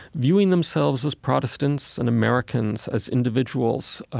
viewing themselves as protestants and americans as individuals, um,